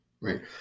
Right